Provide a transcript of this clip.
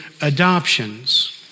adoptions